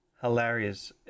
Hilarious